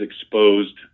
exposed